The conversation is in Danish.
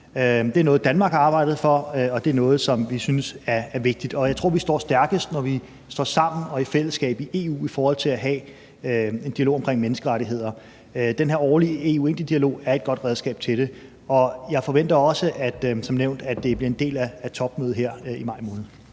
Det er noget, Danmark har arbejdet for, og det er noget, som vi synes er vigtigt. Jeg tror, vi står stærkest, når vi står sammen og i fællesskab i EU i forhold til at have en dialog omkring menneskerettigheder. Den her årlige EU-Indien-dialog er et godt redskab til det, og jeg forventer også som nævnt, at det bliver en del af topmødet her i maj måned.